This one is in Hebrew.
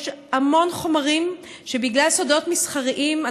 יש המון חומרים שבגלל סודות מסחריים,